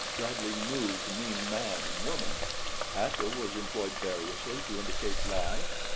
bradley knew to mean man and woman ata was employed variously to indicate life,